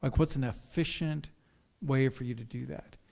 ah what's an efficient way for you to do that?